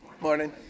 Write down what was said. Morning